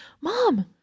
Mom